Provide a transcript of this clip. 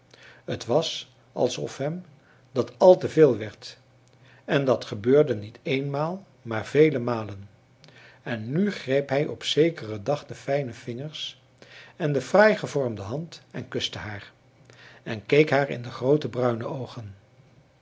het was alsof hem dat al te veel werd en dat gebeurde niet eenmaal maar vele malen en nu greep hij op zekeren dag de fijne vingers en de fraai gevormde hand en kuste haar en keek haar in de groote bruine oogen